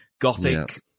gothic